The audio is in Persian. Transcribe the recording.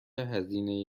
هزینه